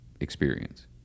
experience